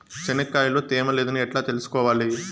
చెనక్కాయ లో తేమ లేదని ఎట్లా తెలుసుకోవాలి?